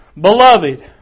Beloved